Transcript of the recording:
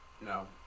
No